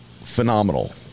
phenomenal